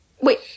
Wait